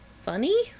Funny